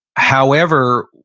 however,